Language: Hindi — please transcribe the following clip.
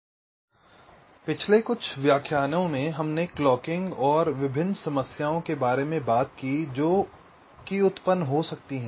इसलिए पिछले कुछ व्याख्यानों में हम क्लॉकिंग और विभिन्न समस्याओं के बारे में बात की जो कि उत्पन्न हो सकती हैं